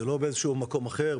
זה לא באיזה שהוא מקום אחר,